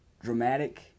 dramatic